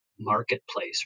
marketplace